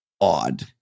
odd